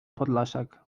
podlasiak